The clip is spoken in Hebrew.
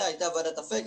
הייתה ועדת אפק,